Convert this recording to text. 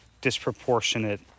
disproportionate